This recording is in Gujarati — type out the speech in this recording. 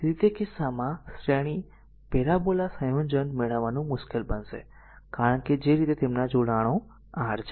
તેથી તે કિસ્સામાં શ્રેણી પેરાબોલા સંયોજન મેળવવાનું મુશ્કેલ બનશે કારણ કે જે રીતે તેમના જોડાણો R છે